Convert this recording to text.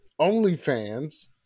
OnlyFans